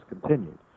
continued